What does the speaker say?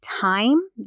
time